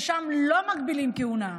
ושם לא מגבילים כהונה.